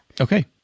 Okay